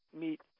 meet